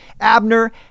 Abner